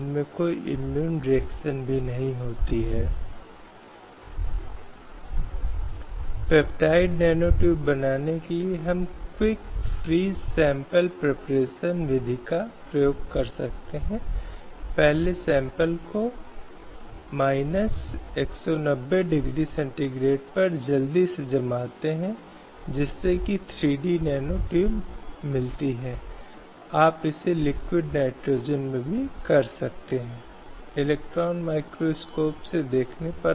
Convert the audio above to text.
इसलिए अनुच्छेद 15 में इस बात पर जोर दिया गया है कि नागरिकों के साथ किसी भी प्रकार का भेदभाव नहीं होना चाहिए और भेदभाव का आधार धर्म जाति जाति लिंग उनके बीच एक होना नहीं हो सकता है इसलिए यह तथ्य है कि एक पुरुष और महिला कोई भेदभाव नहीं कर सकते हैं केवल पुरुषों और महिलाओं के आधार पर